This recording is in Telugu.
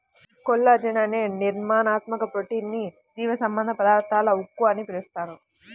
కొల్లాజెన్ అనే నిర్మాణాత్మక ప్రోటీన్ ని జీవసంబంధ పదార్థాల ఉక్కు అని పిలుస్తారు